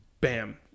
bam